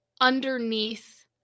underneath